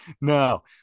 no